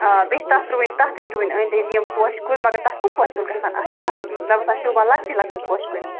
آ بییٚہِ چھِ تَتھ رُوٕنۍ تَتھ تہِ چھِ رُوٕنۍ أنٛدۍ أنٛدۍ یِم پوشہِ کُلۍ مَگر تَتھ کَم پوشہِ کُلۍ گَژھن آسٕنۍ تَتھ مےٚ باسان شوٗبان لۄکٹی لۄکٹی پوشہِ کُلۍ